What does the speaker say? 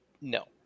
No